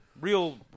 Real